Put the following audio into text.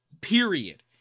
Period